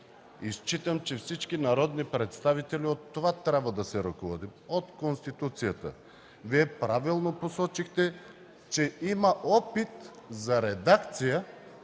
смятам, че всички народни представители трябва да се ръководят от Конституцията. Вие правилно посочихте, че има опит за редакция